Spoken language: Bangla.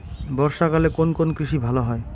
বর্ষা কালে কোন কোন কৃষি ভালো হয়?